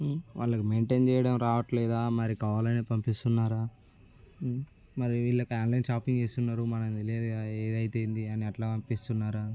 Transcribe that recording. వాళ్ళకి మెయింటెన్ చేయడం రావట్లేదా మరి కావాలనే పంపిస్తున్నారా మరి వీళ్ళకి ఆన్లైన్ షాపింగ్ చేస్తున్నారు మనం తెలియదు కదా ఏదైతే అయింది అని అట్లా పంపిస్తున్నారా